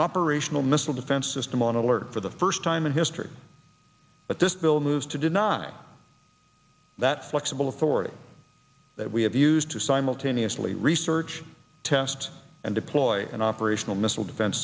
operational missile defense system on alert for the first time in history but this bill moves to deny that flexible authority that we have used to simultaneously research test and deploy an operational missile defense